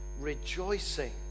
rejoicing